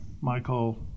Michael